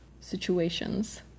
situations